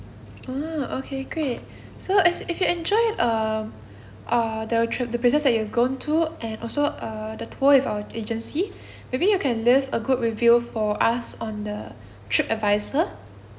ah okay great so if you enjoy um err the trip the places that you've gone to and also uh the tour with our agency maybe you can leave a good review for us on the tripadvisor